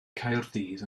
caerdydd